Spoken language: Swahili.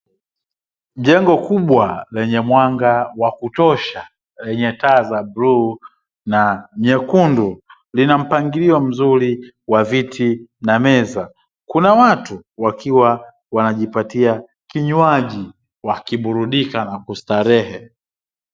Jengo kubwa lenye mwanga wa kutosha lenye taa za bluu na nyekundu, lina mpangilio mzuri wa viti na meza, kuna watu wakiwa wanajipatia kinywaji wakiburudika na kustarehe.